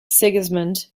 sigismund